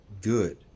good